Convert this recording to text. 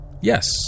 Yes